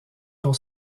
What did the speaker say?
pour